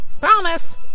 Promise